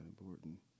important